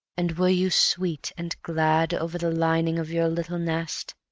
and were you sweet and glad over the lining of your little nest!